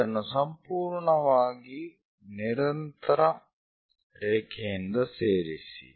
ಇದನ್ನು ಸಂಪೂರ್ಣವಾಗಿ ನಿರಂತರ ರೇಖೆಯಿಂದ ಸೇರಿಸಿ